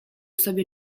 sobie